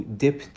dip